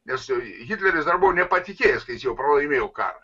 nes joj hitleris dar buvo nepatikėjęs kad jis jau pralaimėjo karą